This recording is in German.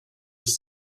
ist